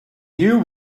you